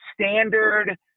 standard